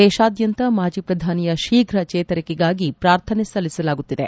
ದೇಶಾದ್ಯಂತ ಮಾಜಿ ಪ್ರಧಾನಿಯ ಶೀಘ್ರ ಚೇತರಿಕೆಗಾಗಿ ಪ್ರಾರ್ಥನೆ ಸಲ್ಲಿಸಲಾಗುತ್ತಿದೆ